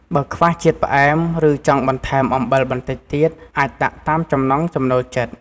បើខ្វះជាតិផ្អែម ឬចង់បន្ថែមអំបិលបន្តិចទៀត អាចដាក់តាមចំណង់ចំណូលចិត្ត។